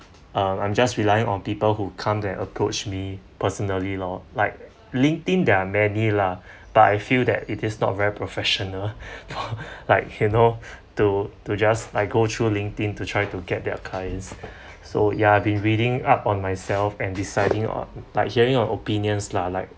um I'm just relying on people who come and approach me personally lor like linked in there are many lah but I feel that it is not very professional like you know to to just like go through linked in to try to get their clients so ya I've been reading up on myself and deciding on like hearing on opinions lah like